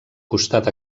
costat